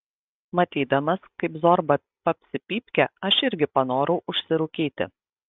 matydamas kaip zorba papsi pypkę aš irgi panorau užsirūkyti